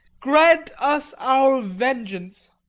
grant us our vengeance